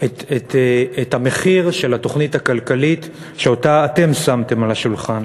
את המחיר של התוכנית הכלכלית שאותה אתם שמתם על השולחן.